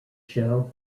show